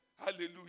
Hallelujah